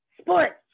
sports